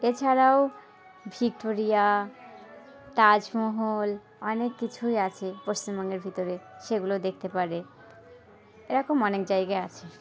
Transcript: এ ছাড়াও ভিক্টোরিয়া তাজমহল অনেক কিছুই আছে পশ্চিমবঙ্গের ভিতরে সেগুলো দেখতে পারে এ রকম অনেক জায়গা আছে